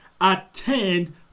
attend